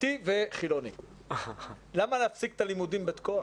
דתי וחילוני למה להפסיק את הלימודים בתקוע?